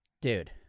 Dude